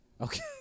Okay